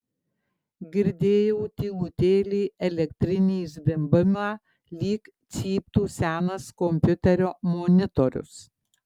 girdėjau tylutėlį elektrinį zvimbimą lyg cyptų senas kompiuterio monitorius